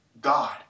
God